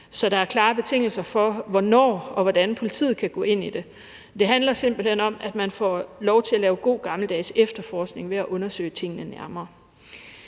så der er klare betingelser for, hvornår og hvordan politiet kan gå ind i det. Det handler simpelt hen om, at man får lov til at lave god gammeldags efterforskning ved at undersøge tingene nærmere.